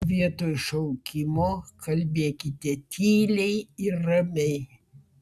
vietoj šaukimo kalbėkite tyliai ir ramiai